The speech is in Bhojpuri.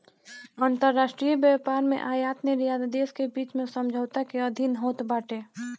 अंतरराष्ट्रीय व्यापार में आयत निर्यात देस के बीच में समझौता के अधीन होत बाटे